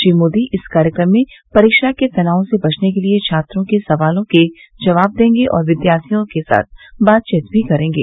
श्री मोदी इस कार्यक्रम में परीक्षा के तनाव से बचने के लिए छात्रों के सवालों के जवाब देगें और विद्याथियों के साथ बातचीत भी करेंगे